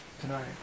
tonight